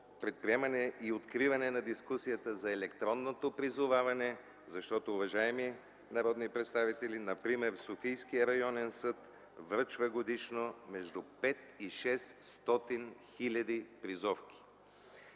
предприемане и откриване на дискусията за електронното призоваване, защото, уважаеми народни представители, например Софийският районен съд връчва годишно между 500-600 хил. призовки.